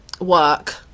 work